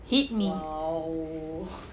hit me